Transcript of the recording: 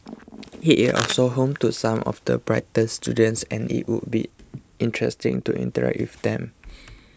it is also home to some of the brightest students and it would be interesting to interact with them